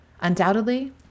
undoubtedly